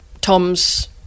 Tom's